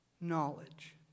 knowledge